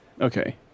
Okay